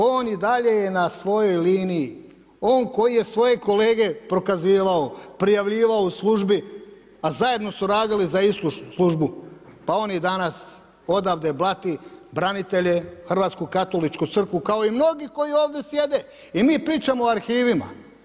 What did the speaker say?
On i dalje je na svojoj liniji, on, koji je svoje kolege prokazivao, prijavljivao u službi, a zajedno su radili za istu službu, pa on i danas odavde blati branitelje, hrvatsku katoličku crkvu, kao i mnogi koji ovdje sjede i mi pričamo o arhivima.